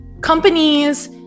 companies